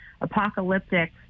apocalyptic